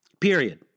Period